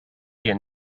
dia